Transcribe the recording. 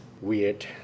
weird